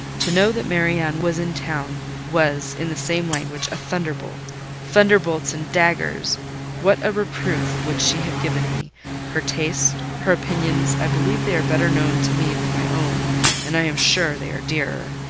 to know that marianne was in town was in the same language a thunderbolt thunderbolts and daggers what a reproof would she have given me her taste, her opinions i believe they are better known to me than my own and i am sure they are dearer.